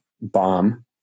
bomb